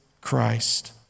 Christ